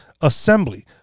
assembly